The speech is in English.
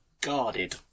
guarded